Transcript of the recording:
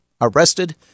arrested